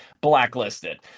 Blacklisted